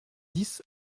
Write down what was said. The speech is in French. dix